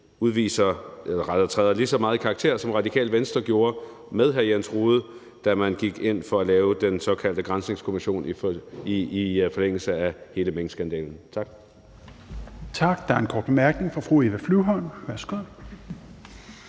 støttepartierne træder lige så meget i karakter, som Radikale Venstre med hr. Jens Rohde gjorde, da man gik ind for at lave den såkaldte granskningskommission i forlængelse af hele minkskandalen. Tak.